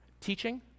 Teaching